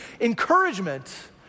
encouragement